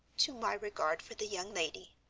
to my regard for the young lady,